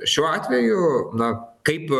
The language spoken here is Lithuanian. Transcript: šiuo atveju na kaip